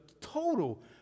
total